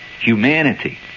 humanity